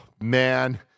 Man